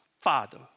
Father